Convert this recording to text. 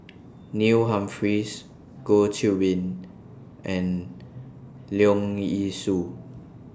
Neil Humphreys Goh Qiu Bin and Leong Yee Soo